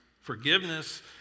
Forgiveness